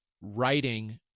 writing